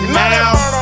now